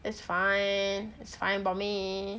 it's fine it's fine by me